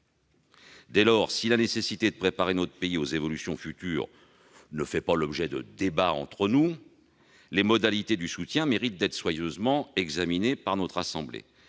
Dès lors, si la nécessité de préparer notre pays aux évolutions futures ne semble guère devoir faire l'objet de débats, les modalités du soutien méritent d'être soigneusement examinées par notre assemblée.